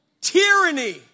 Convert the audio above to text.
tyranny